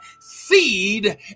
Seed